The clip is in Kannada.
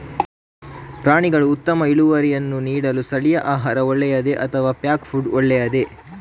ಪ್ರಾಣಿಗಳು ಉತ್ತಮ ಇಳುವರಿಯನ್ನು ನೀಡಲು ಸ್ಥಳೀಯ ಆಹಾರ ಒಳ್ಳೆಯದೇ ಅಥವಾ ಪ್ಯಾಕ್ ಫುಡ್ ಒಳ್ಳೆಯದೇ?